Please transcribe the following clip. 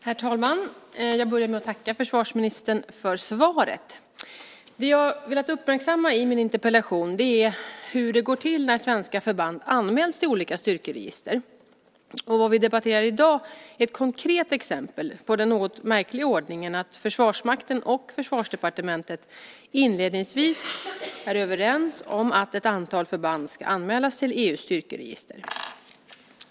Herr talman! Jag börjar med att tacka försvarsministern för svaret. Det som jag har velat uppmärksamma i min interpellation är hur det går till när svenska förband anmäls till olika styrkeregister. Vad vi debatterar i dag är ett konkret exempel på den något märkliga ordningen att Försvarsmakten och Försvarsdepartementet inledningsvis var överens om att ett antal förband ska anmälas till EU:s styrkeregister.